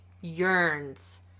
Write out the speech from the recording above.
yearns